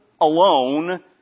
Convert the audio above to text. alone